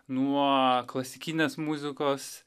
nuo klasikinės muzikos